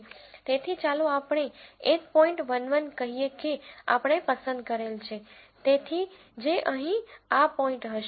તેથી ચાલો આપણે એક પોઈન્ટ 1 1 કહીએ કે આપણે પસંદ કરેલ છે તેથી જે અહીં આ પોઈન્ટ હશે